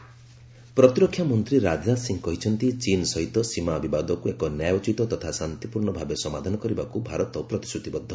Rajnath LAC ପ୍ରତିରକ୍ଷା ମନ୍ତ୍ରୀ ରାଜନାଥ ସିଂହ କହିଛନ୍ତି ଚୀନ୍ ସହିତ ସୀମା ବିବାଦକୁ ଏକ ନ୍ୟାୟୋଚିତ ତଥା ଶାନ୍ତିପୂର୍ଣ୍ଣ ଭାବେ ସମାଧାନ କରିବାକୁ ଭାରତ ପ୍ରତିଶ୍ରତିବଦ୍ଧ